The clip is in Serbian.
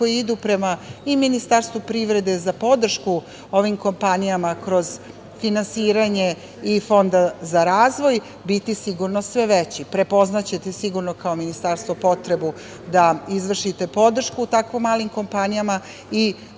koji idu prema i Ministarstvu privrede za podršku ovim kompanijama kroz finansiranje i Fond za razvoj biti sigurno sve veći. Prepoznaćete sigurno kao Ministarstvo potrebu da izvršite podršku tako malim kompanijama i